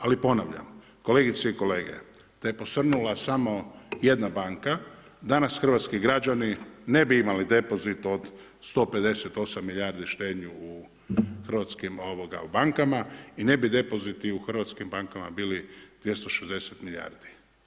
Ali ponavljam, kolegice i kolege, da je posrnula samo jedna banka danas hrvatski građani ne bi imali depozit od 158 milijardi štednju u hrvatskim, ovoga u bankama, i ne bi depoziti u hrvatskim bankama bili 260 milijardi.